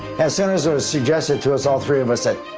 as soon as it was suggested to us, all three of us said,